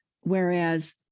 whereas